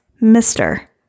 mister